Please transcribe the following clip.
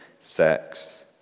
sex